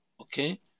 Okay